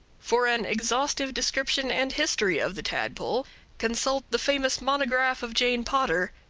for an exhaustive description and history of the tadpole consult the famous monograph of jane potter,